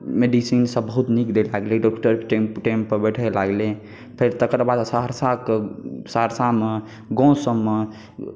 मेडिसीनसभ बहुत नीक देबय लागलै डॉक्टर टाइमपर बैठय लागलै तऽ तकर बाद सहरसाके गाँवसभमे